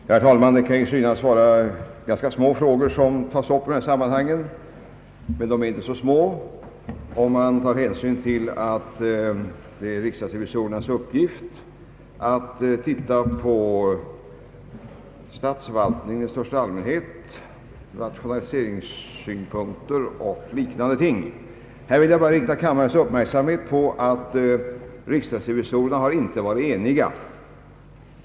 Herr talman! Det kan synas vara ganska små frågor som tas upp i dessa sammanhang, men de är inte utan betydelse om man tar hänsyn till att det är riksdagsrevisorernas uppgift att kontrollera statsförvaltningen i största allmänhet, rationaliseringssynpunkter etc. Jag vill rikta kammarledamöternas uppmärksamhet på att riksdagsrevisorerna inte varit eniga i den aktuella frågan.